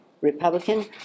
Republican